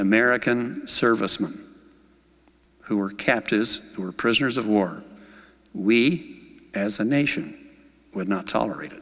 american servicemen who are kept is who are prisoners of war we as a nation would not tolerate it